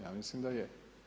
Ja mislim da je.